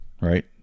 right